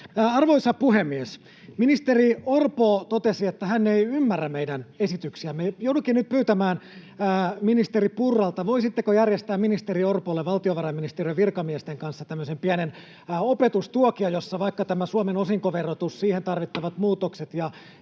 Arvoisa puhemies! Ministeri Orpo totesi, että hän ei ymmärrä meidän esityksiämme. Joudunkin nyt pyytämään ministeri Purralta, voisitteko järjestää ministeri Orpolle valtiovarainministeriön virkamiesten kanssa tämmöisen pienen opetustuokion, jossa vaikka tämä Suomen osinkoverotus, siihen tarvittavat muutokset